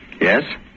Yes